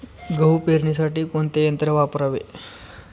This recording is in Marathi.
गहू पेरणीसाठी कोणते यंत्र वापरावे?